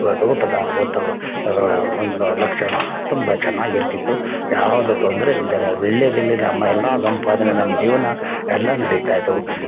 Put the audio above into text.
ಇವು ತೋಟದ ಒಂದು ಒಂದು ಲಕ್ಷಣ ತುಂಬ ಚೆನ್ನಾಗಿರ್ತಿತ್ತು ಯಾವ್ದು ತೊಂದರೆ ಇಲ್ದೆ ವೀಳ್ಯದೆಲೆ ನಮ್ಮ ಎಲ್ಲ ಸಂಪಾದನೆ ನಮ್ಮ ಜೀವನ ಎಲ್ಲ ನಡೀತ ಇದ್ದವು